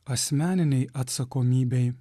asmeninei atsakomybei